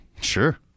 Sure